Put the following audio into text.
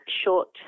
short